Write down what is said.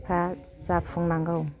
फ्रा जाफुंनांगौ